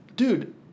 Dude